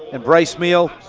and bryce meehl,